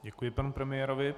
Děkuji panu premiérovi.